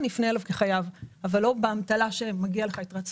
אני אפנה אליו כחייב אבל לא באמתלה שמגיעה לו יתרת זכות.